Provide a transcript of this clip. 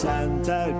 Santa